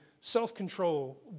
self-control